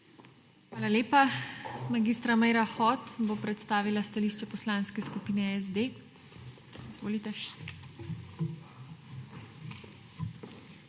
Hvala lepa. Mag. Meira Hot bo predstavila stališče Poslanske skupine SD. Izvolite.